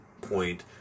point